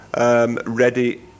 Ready